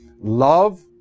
Love